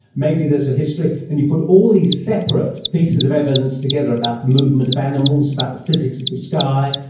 maybe there's a history. and you put all these separate pieces of evidence together about the movement of animals, about the physics of the sky,